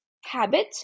habit